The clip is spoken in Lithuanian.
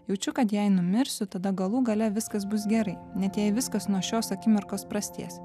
jaučiu kad jei numirsiu tada galų gale viskas bus gerai net jei viskas nuo šios akimirkos prasidės